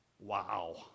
Wow